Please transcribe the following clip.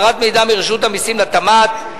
העברת מידע מרשות המסים לתמ"ת,